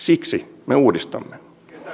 siksi me uudistamme